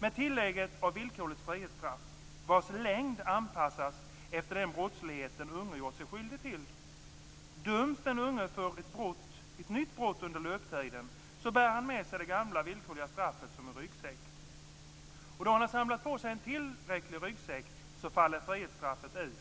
med tillägget villkorligt frihetsstraff, vars längd anpassas efter den brottslighet den unge gjort sig skyldig till. Döms den unge för ett nytt brott under löptiden, bär han med sig det gamla villkorliga straffet som en ryggsäck. Då han samlat på sig en tillräcklig ryggsäck faller frihetsstraffet ut.